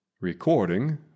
Recording